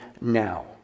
now